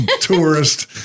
tourist